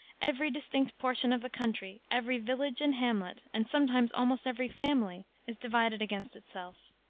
every distinct portion of the country, every village and hamlet, and sometimes almost every family, is divided against itself.